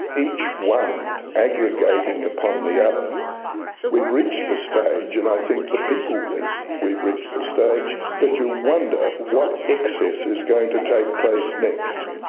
each one aggregating upon the other. we've reached the stage, and i think the people think we've reached the stage that you wonder what excess is going to take place next.